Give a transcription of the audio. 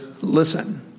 listen